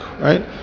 right